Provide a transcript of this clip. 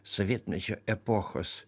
sovietmečio epochos